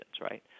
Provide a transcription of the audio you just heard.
right